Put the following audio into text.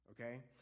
okay